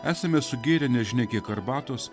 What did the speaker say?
esame sugėrę nežinia kiek arbatos